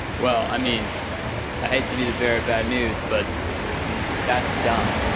well, i mean i hate to be the bearer of bad news, but that's dumb.